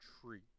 tree